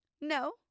no